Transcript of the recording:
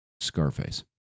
Scarface